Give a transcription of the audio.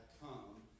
come